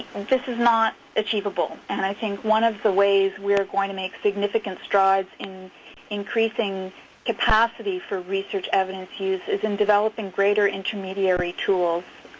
this is not achievable, and i think one of the ways we're going to make significant strides in increasing capacity for research evidence use is in developing greater intermediary tools,